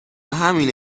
همینه